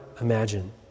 imagine